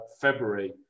February